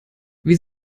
wir